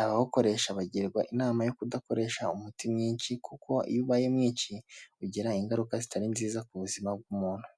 abawukoresha bagirwa inama yo kudakoresha umuti mwinshi kuko iyo ubaye mwinshi ugira ingaruka zitari nziza ku buzima bw'umuntu.